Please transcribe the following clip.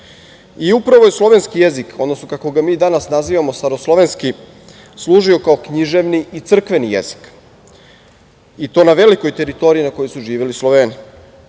je slovenski jezik, odnosno kako ga mi danas nazivamo staroslovenski, služio kao književni i crkveni jezik i to na velikoj teritoriji na kojoj su živeli Sloveni.